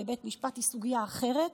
היא סוגיה אחרת,